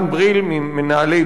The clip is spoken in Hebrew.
ממנהלי בית-העם,